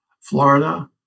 Florida